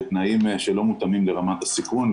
בתנאים שלא מותאמים לרמת הסיכון,